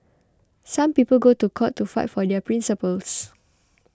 some people go to court to fight for their principles